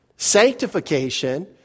sanctification